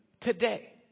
today